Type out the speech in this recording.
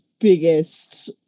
Biggest